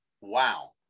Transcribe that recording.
Wow